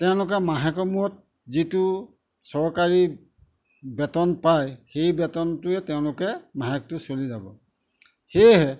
তেওঁলোকে মাহেকৰ মূৰত যিটো চৰকাৰী বেতন পায় সেই বেতনটোৰে তেওঁলোকে মাহেকটো চলি যাব সেয়েহে